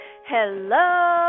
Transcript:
Hello